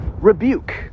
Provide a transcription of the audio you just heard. rebuke